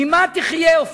ממה תחיה אופקים?